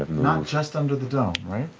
not just under the right?